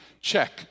Check